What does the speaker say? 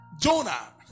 Jonah